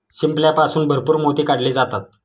शिंपल्यापासून भरपूर मोती काढले जातात